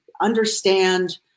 understand